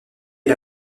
est